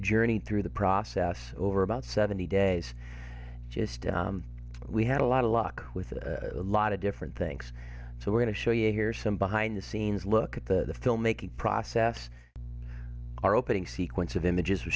journey through the process over about seventy days just we had a lot of luck with a lot of different things so we're going to show you here some behind the scenes look at the filmmaking process our opening sequence of images